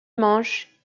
manches